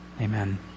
Amen